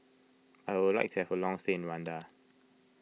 I would like to have a long stay in Rwanda